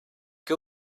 què